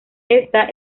esta